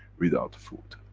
without food.